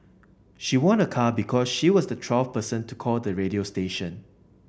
she won a car because she was the twelfth person to call the radio station